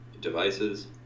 devices